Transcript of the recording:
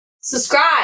subscribe